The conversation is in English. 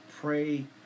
pray